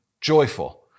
joyful